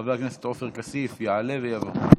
חבר הכנסת עופר כסיף יעלה ויבוא.